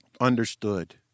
understood